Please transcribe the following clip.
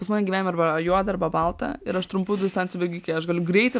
pas man gyvenime arba juoda arba balta ir aš trumpų distancijų bėgikė aš galiu greit